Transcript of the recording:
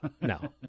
No